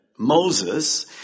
Moses